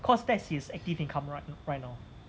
cause that's his active income right right now